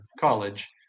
college